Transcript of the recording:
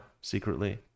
secretly